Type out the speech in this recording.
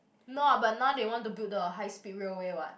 no ah now they want to build the high speed railway what